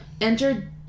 Enter